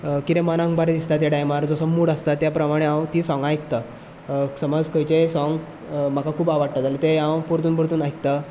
कितें मनाक बरें दिसता ते टायमार जसो मूड आसता त्या प्रमाणें हांव तीं सोंगां आयकतां समज खंयचें सोंग म्हाका खूब आवाडटा जाल्यार तें हांव पोरतून पोरतून आयकतां